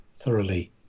thoroughly